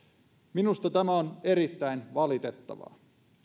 minusta tämä on erittäin valitettavaa